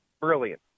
Brilliant